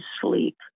sleep